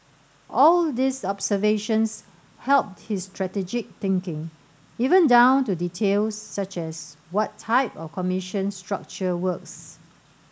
all these observations helped his strategic thinking even down to details such as what type of commission structure works